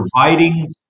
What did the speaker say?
providing